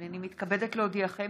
הינני מתכבדת להודיעכם,